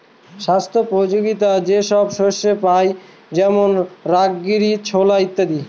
স্বাস্থ্যোপযোগীতা যে সব শস্যে পাই যেমন রাজগীরা, ছোলা ইত্যাদি